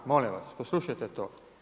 Molim vas, poslušajte to.